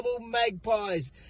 Magpies